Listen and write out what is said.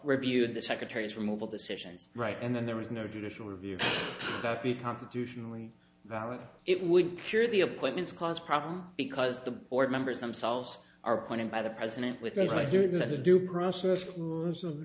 reviewed the secretary's removal decisions right and then there was no judicial review be constitutionally valid it would cure the appointments clause problem because the board members themselves are pointed by the president with